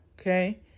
okay